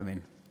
אמן.